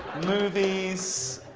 movies,